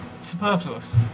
superfluous